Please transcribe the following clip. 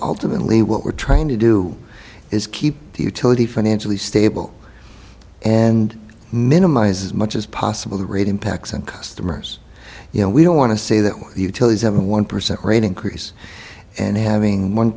ultimately what we're trying to do is keep the utility financially stable and minimize as much as possible the rate impacts and customers you know we don't want to say that one utilities have a one percent rate increase and having one